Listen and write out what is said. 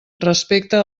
respecte